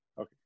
Okay